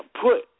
put